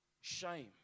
shame